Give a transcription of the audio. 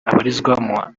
abarizwamo